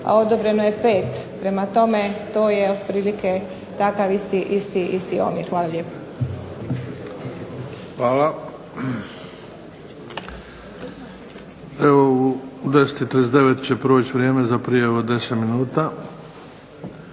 a odobreno je 5. Prema tome, to je otprilike takav isti omjer. Hvala lijepo. **Bebić, Luka (HDZ)** Hvala. Evo u 10,39 će proći vrijeme za prijavu od 10 minuta.